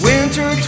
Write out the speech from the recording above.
Winter